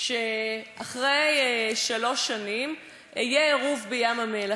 שאחרי שלוש שנים יהיה עירוב בים-המלח.